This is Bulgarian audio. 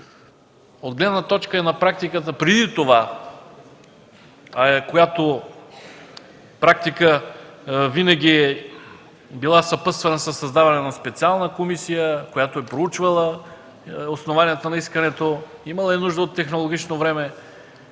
от гледна точка на практиката отпреди това, която винаги е била съпътствана със създаване на специална комисия, която е проучвала основанията на искането, имала е нужда от технологично време,